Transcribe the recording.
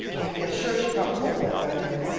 i feel sure she caught cold that night, ma'am.